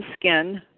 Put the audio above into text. skin